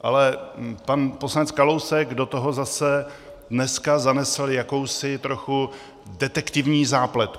Ale pan poslanec Kalousek do toho zase dneska zanesl jakousi trochu detektivní zápletku.